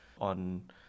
on